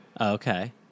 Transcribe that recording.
Okay